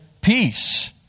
peace